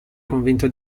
convinto